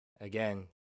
again